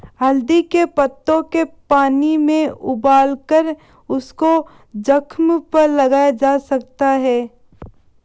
हल्दी के पत्तों के पानी में उबालकर उसको जख्म पर लगाया जा सकता है